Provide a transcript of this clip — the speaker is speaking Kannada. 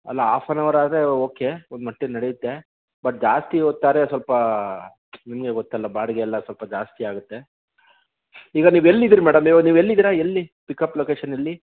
ಅಲ್ಲ ಹಾಫ್ ಆ್ಯನ್ ಅವರ್ ಆದರೆ ಓಕೆ ಒಂದು ಮಟ್ಟಿಗೆ ನಡಿಯುತ್ತೆ ಬಟ್ ಜಾಸ್ತಿ ಹೊತ್ತು ಆದ್ರೆ ಸ್ವಲ್ಪ ನಿಮಗೇ ಗೊತ್ತಲ್ಲ ಬಾಡಿಗೆ ಎಲ್ಲ ಸ್ವಲ್ಪ ಜಾಸ್ತಿ ಆಗತ್ತೆ ಈಗ ನೀವೆಲ್ಲಿದ್ದೀರಿ ಮೇಡಮ್ ನೀವೆಲ್ಲಿದ್ದೀರಾ ಎಲ್ಲಿ ಪಿಕ್ಅಪ್ ಲೊಕೇಶನ್ ಎಲ್ಲಿ